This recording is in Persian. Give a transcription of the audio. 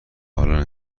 حالا